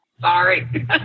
Sorry